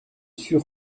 sûr